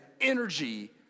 energy